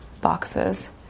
boxes